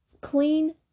clean